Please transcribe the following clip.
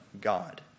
God